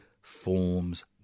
forms